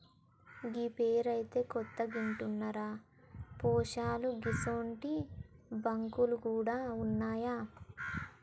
గీ పేరైతే కొత్తగింటన్నరా పోశాలూ గిసుంటి బాంకులు గూడ ఉన్నాయా